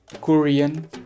Korean